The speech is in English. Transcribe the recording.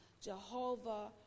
jehovah